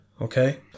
okay